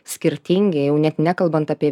skirtingi jau net nekalbant apie